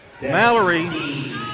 Mallory